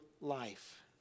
life